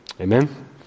Amen